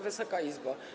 Wysoka Izbo!